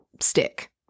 stick